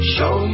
Show